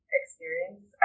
experience